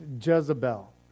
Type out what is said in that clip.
Jezebel